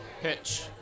Pitch